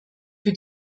für